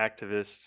activists